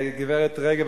גברת רגב,